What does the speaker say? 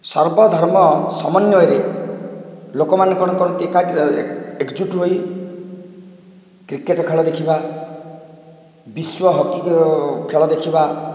ସର୍ବଧର୍ମ ସମନ୍ଵୟରେ ଲୋକମାନେ କ'ଣ କରନ୍ତି ଏକାଠି ଏକଜୁଟ ହୋଇ କ୍ରିକେଟ ଖେଳ ଦେଖିବା ବିଶ୍ୱ ହକି ଖେଳ ଦେଖିବା